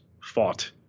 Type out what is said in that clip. fought